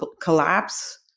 collapse